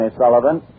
Sullivan